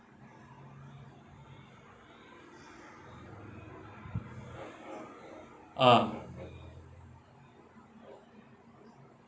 ah